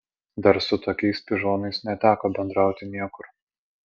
dar su tokiais pižonais neteko bendrauti niekur